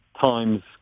Times